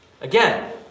Again